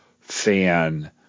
fan